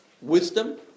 wisdom